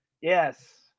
yes